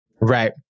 Right